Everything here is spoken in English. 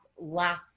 lots